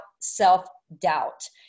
self-doubt